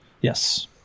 yes